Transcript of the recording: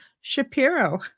Shapiro